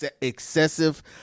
excessive